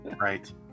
Right